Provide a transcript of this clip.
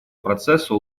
процесса